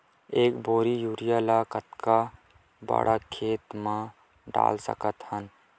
एक बोरी यूरिया ल कतका बड़ा खेत म डाल सकत हन?